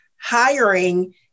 hiring